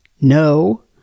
No